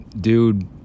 dude